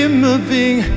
moving